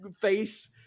face